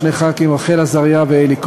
שני חברי כנסת: רחל עזריה ואלי כהן,